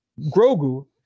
Grogu